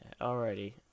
Alrighty